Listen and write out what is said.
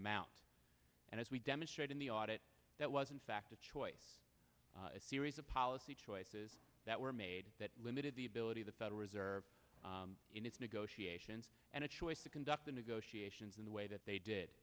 amount and as we demonstrate in the audit that was in fact a choice a series of policy choices that were made that limited the ability of the federal reserve in its negotiations and a choice to conduct the negotiations in the way that they did